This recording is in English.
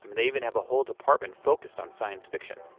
and they even have a whole department focused on science fiction.